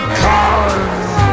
cause